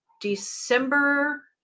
December